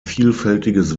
vielfältiges